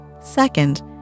Second